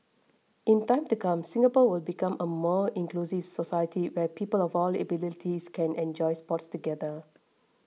in time to come Singapore will become a more inclusive society where people of all abilities can enjoy sports together